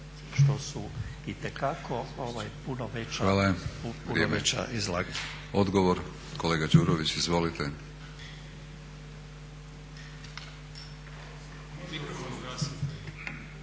što su itekako puno veća izlaganja.